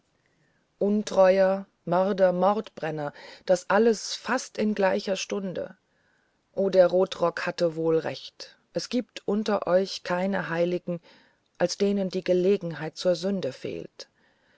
untreuer mörder mordbrenner das alles fast in gleicher stunde o der rotrock hatte wohl recht es gibt unter euch keine heiligen als denen die gelegenheit zur sünde fehlt